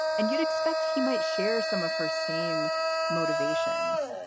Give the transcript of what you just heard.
and you'd expect he might share some of her same motivations.